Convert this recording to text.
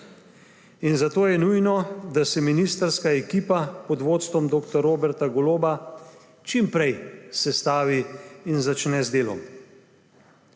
Zato je nujno, da se ministrska ekipa pod vodstvom dr. Roberta Goloba čim prej sestavi in začne z delom.